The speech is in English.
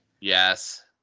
Yes